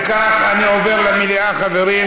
אם כך, אני עובר למליאה, חברים.